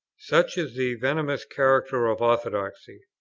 such is the venomous character of orthodoxy.